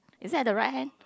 is it at the right hand